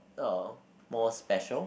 uh more special